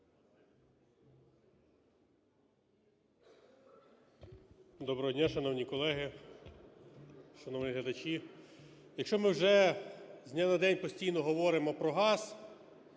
Доброго дня, шановні колеги, шановні глядачі. Якщо ми вже з дня на день постійно говоримо про газ,